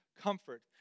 comfort